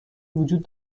وجود